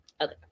Okay